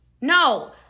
No